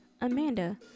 Amanda